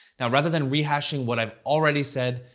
now, rather than rehashing what i've already said,